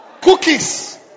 cookies